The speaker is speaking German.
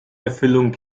erfüllung